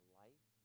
life